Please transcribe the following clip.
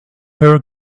her